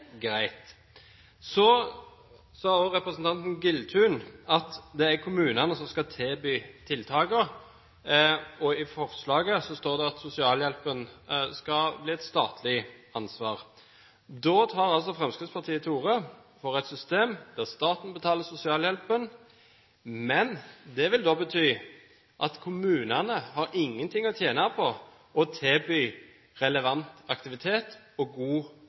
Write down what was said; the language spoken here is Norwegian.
greit. Representanten Giltun sa at det er kommunene som skal tilby tiltakene. I forslaget står det at sosialhjelpen skal bli «et statlig ansvar». Fremskrittspartiet tar altså til orde for et system der staten betaler sosialhjelpen. Det vil bety at kommunene ikke har noe å tjene på å tilby relevant aktivitet og god